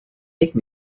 take